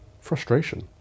Frustration